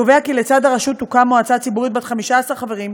קובע כי לצד הרשות תוקם מועצה ציבורית בת 15 חברים,